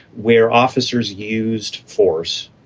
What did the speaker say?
where officers used force